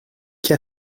qu’a